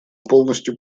полностью